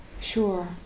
Sure